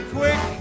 quick